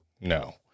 No